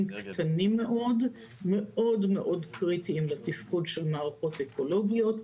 קטנים מאוד שמאוד מאוד קריטיים לתפקוד מערכות אקולוגיות.